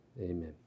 Amen